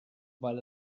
weil